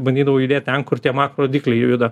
bandydavau judėt ten kur tie makro rodikliai juda